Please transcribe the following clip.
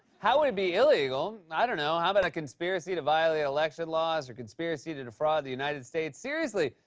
how would it be illegal? i don't know. how about a conspiracy to violate election laws or conspiracy to defraud the united states? seriously,